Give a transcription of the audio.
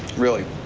really.